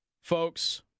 Folks